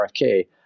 RFK